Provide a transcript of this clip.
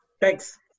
thanks